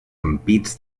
ampits